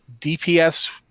DPS